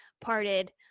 parted